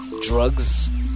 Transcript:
drugs